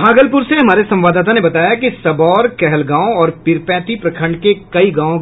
भागलपुर से हमारे संवाददाता ने बताया कि सबौर कहलगांव और पीरपैंती प्रखंड के कई गांव